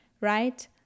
right